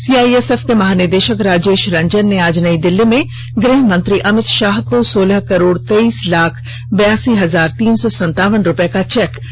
CISF के महानिदेशक राजेश रंजन ने आज नई दिल्ली में गृहमंत्री अमित शाह को सोलह करोड़ तेईस लाख बयासी हजार तीन सौ सतावन रूपये का चेक प्रदान दिया